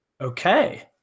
Okay